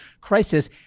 crisis